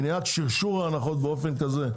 מניעת שרשור ההנחות באופן כזה,